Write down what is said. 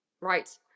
Right